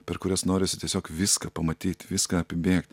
per kurias norisi tiesiog viską pamatyt viską apibėgt